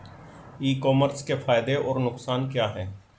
ई commerce के फायदे और नुकसान क्या हैं?